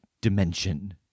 dimension